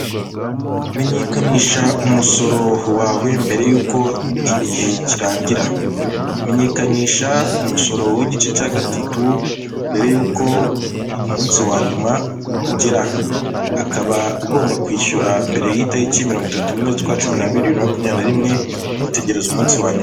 Menyekanisha umusoro wawe mbere y'uko igihe kirangira, menyekanisha umusoro w'igice cya gatatu mbere y'uko umunsi wa nyuma ugera, ukaba ugomba kwishyura mbere y'itariki mirongo itatu n'imwe z'ukwacumi n'abiri bibiri na makumyabiri na rimwe ntutegereze umunsi wa nyuma.